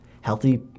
healthy